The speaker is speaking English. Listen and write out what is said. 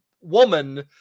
woman